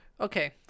Okay